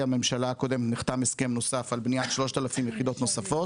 הממשלה הקודמת נחתם הסכם נוסף על בניית 3,000 יחידות נוספות.